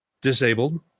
disabled